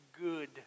good